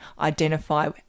identify